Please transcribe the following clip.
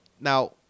Now